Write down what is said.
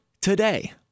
today